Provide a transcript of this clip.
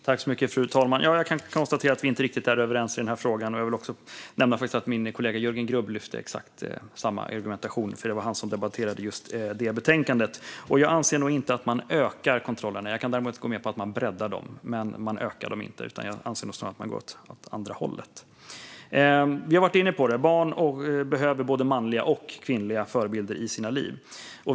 Fru talman! Jag kan konstatera att jag och statsrådet inte riktigt är överens i frågan. Jag vill också nämna att min kollega Jörgen Grubb lyfte fram exakt samma argumentation. Det var han som debatterade just det betänkandet. Jag anser nog inte att man ökar kontrollerna. Jag kan däremot gå med på att man breddar dem. Men man ökar dem inte. Man går snarare åt andra hållet. Vi har varit inne på det; barn behöver både manliga och kvinnliga förebilder i sina liv.